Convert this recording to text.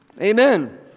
Amen